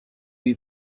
die